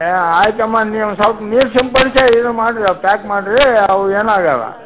ಏ ಆಯ್ತಮ್ಮ ನೀವು ಸೊಲ್ಪ ನೀರು ಸಿಂಪಡಿಸಿ ಏನೋ ಮಾಡಿರಿ ಅವು ಪ್ಯಾಕ್ ಮಾಡಿರಿ ಅವು ಏನು ಆಗಲ್ಲ